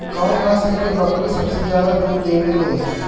कउन नस्ल के बकरी सबसे ज्यादा दूध देवे लें?